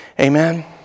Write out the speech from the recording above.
Amen